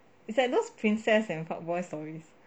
it's like those princess and part boy stories